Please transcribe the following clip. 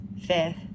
fifth